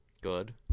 Good